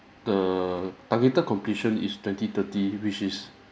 the targeted completion is twenty-thirty which is